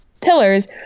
pillars